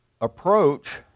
approach